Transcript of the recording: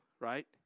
Right